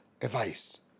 advice